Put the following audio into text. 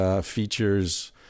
features